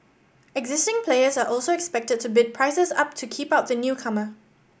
existing players are also expected to bid prices up to keep out the newcomer